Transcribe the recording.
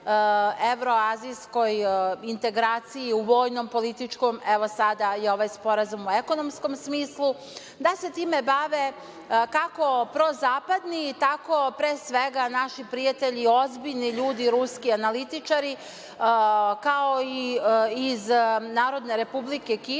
Evroazijskoj integraciji, u vojno-političkom, evo sada i ovaj sporazum o ekonomskom smislu, da se time bave kako prozapadni, tako, pre svega naši prijatelji, ozbiljni ljudi, ruski analitičari, kao i iz Narodne Republike Kine,